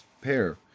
pair